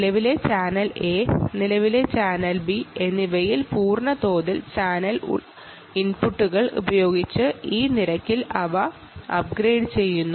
നിലവിലെ channel A യും channel ബിയും പൂർണ്ണ തോതിലുള്ള ചാനൽ ഇൻപുട്ടുകൾ ഉപയോഗിച്ച് ഈ നിരക്കിൽ അവ അപ്ഡേറ്റുചെയ്യുന്നു